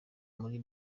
muri